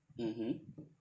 mmhmm